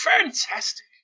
Fantastic